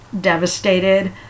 devastated